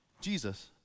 Jesus